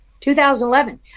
2011